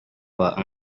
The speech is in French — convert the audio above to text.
voient